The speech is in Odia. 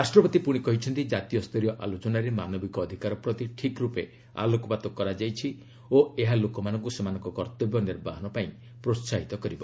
ରାଷ୍ଟ୍ରପତି କହିଛନ୍ତି ଜାତୀୟ ସ୍ତରୀୟ ଆଲୋଚନାରେ ମାନବିକ ଅଧିକାର ପ୍ରତି ଠିକ୍ ରୂପେ ଆଲୋକପାତ କରାଯାଇଛି ଓ ଏହା ଲୋକମାନଙ୍କୁ ସେମାନଙ୍କ କର୍ତ୍ତବ୍ୟ ନିର୍ବାହନ ପାଇଁ ପ୍ରୋହାହିତ କରିବ